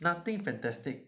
nothing fantastic